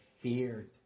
feared